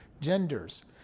genders